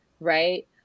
Right